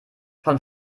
von